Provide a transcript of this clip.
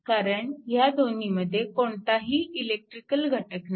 कारण ह्या दोन्हीमध्ये कोणताही इलेक्ट्रिकल घटक नाही